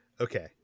Okay